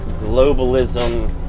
globalism